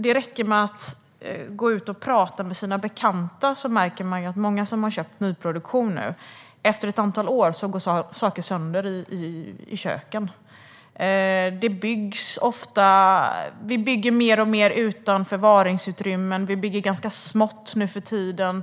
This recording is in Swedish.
Det räcker med att gå ut och prata med sina bekanta. Många som har köpt nyproduktion säger till exempel att efter ett antal år går saker sönder i köken. Det byggs mer och mer utan förvaringsutrymmen. Det byggs ganska smått nuförtiden.